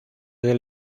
del